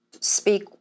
speak